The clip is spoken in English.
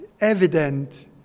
evident